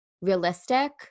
realistic